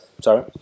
Sorry